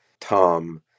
Tom